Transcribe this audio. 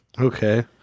okay